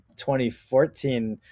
2014